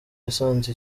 yasanze